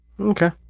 Okay